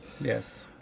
Yes